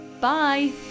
Bye